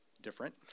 different